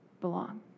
belong